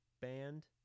band